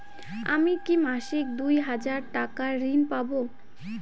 আমি কি মাসিক দুই হাজার টাকার ঋণ পাব?